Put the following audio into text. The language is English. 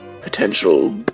potential